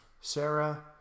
Sarah